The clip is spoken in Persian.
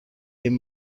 این